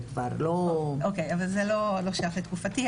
כן, אבל זה לא שייך לשרים.